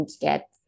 get